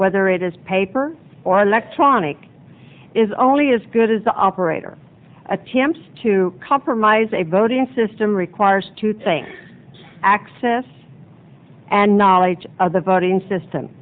whether it is paper or electronic is only as good as the operator attempts to compromise a voting system requires two things access and knowledge of the voting system